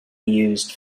used